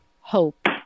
hope